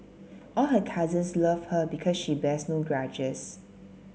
all her cousins love her because she bears no grudges